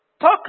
Talk